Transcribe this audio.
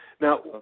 Now